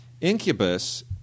incubus